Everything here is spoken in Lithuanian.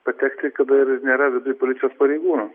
patekti kada ir nėra viduj policijos pareigūnų